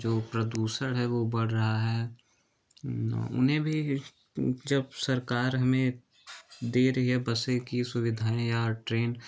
जो प्रदूसन है वो बढ़ रहा है उन्हे भी जब सरकार हमें रही है बसें कि सुविधाएं या ट्रेन